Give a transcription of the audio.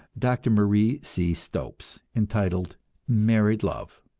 dr. marie c. stopes, entitled married love,